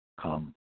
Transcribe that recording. come